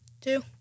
two